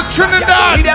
Trinidad